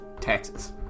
taxes